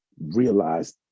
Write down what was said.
realize